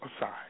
aside